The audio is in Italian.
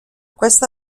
questa